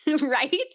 Right